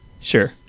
sure